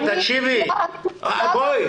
אני --- בואי,